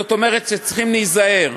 זאת אומרת שצריכים להיזהר.